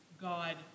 God